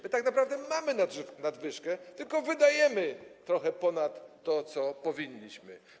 My tak naprawdę mamy nadwyżkę, tylko wydajemy trochę ponad to, co powinniśmy.